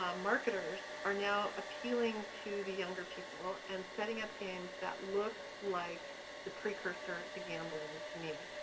marketers are now appealing to the younger people and setting up games that look like the precursor to gambling to me.